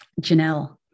Janelle